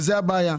וזאת הבעיה.